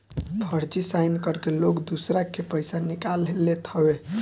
फर्जी साइन करके लोग दूसरा के पईसा निकाल लेत हवे